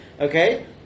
okay